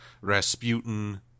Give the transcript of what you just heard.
Rasputin